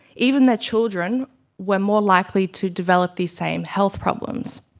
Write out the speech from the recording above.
even their children were more likely to develop these same health problems.